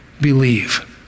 believe